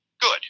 good